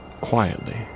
quietly